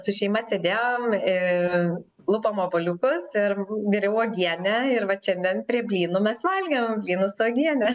su šeima sėdėjom ir lupom obuoliukus ir viriau uogienę ir vat šiandien prie blynų mes valgėm blynus su uogiene